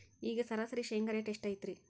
ಈಗ ಸರಾಸರಿ ಶೇಂಗಾ ರೇಟ್ ಎಷ್ಟು ಐತ್ರಿ?